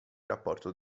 rapporto